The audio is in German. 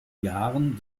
jahren